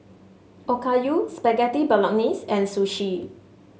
Okayu Spaghetti Bolognese and Sushi